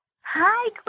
Hi